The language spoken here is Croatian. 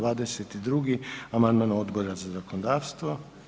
22. amandman Odbora za zakonodavstvo.